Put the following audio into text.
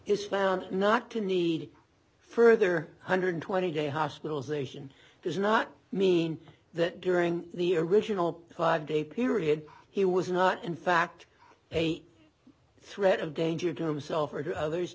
is found not to need further one hundred and twenty day hospitalization does not mean that during the original five day period he was not in fact a threat of danger to himself or to others